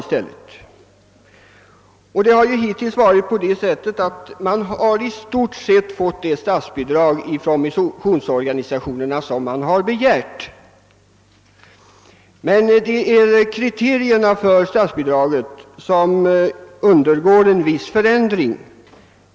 Hittills har missionsorganisationerna i stort sett fått det statsbidrag som begärts, men det är kriterierna på statsbidraget som undergår en viss förändring.